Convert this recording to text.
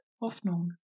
Hoffnung